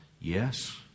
Yes